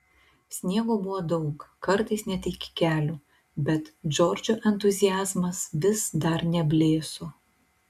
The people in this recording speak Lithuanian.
sniego buvo daug kartais net iki kelių bet džordžo entuziazmas vis dar neblėso